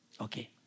Okay